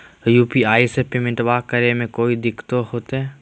UPI से पेमेंटबा करे मे कोइ दिकतो होते?